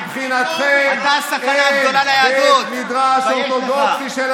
מבחינתכם אין בית מדרש אורתודוקסי של